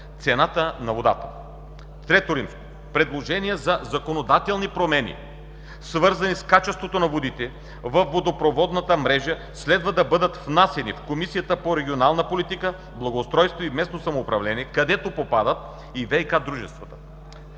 цената на водата. III. Предложения за законодателни промени, свързани с качеството на водите във водопроводната мрежа, следва да бъдат внасяни в Комисията по регионална политика, благоустройство и местно самоуправление, където попадат и „ВиК“ дружествата.